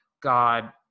God